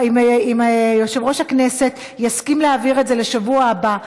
אם יושב-ראש הכנסת יסכים להעביר את זה לשבוע הבא,